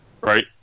Right